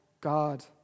God